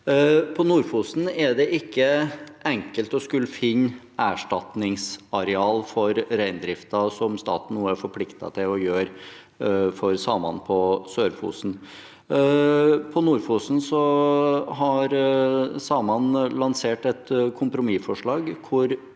På Nord-Fosen er det ikke enkelt å finne erstatningsarealer for reindriften, som staten nå er forpliktet til å gjøre for samene på Sør-Fosen. På Nord-Fosen har samene lansert et kompromissforslag